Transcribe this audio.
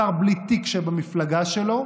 השר בלי תיק שבמפלגה שלו,